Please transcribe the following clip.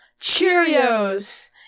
Cheerios